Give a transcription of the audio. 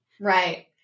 Right